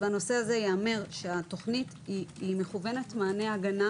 בנושא הזה ייאמר שהתוכנית מכוונת מענה הגנה,